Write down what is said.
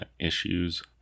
issues